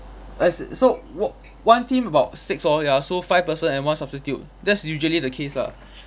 as so one one team about six lor ya so five person and one substitute that's usually the case lah